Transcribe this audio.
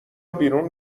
بیرون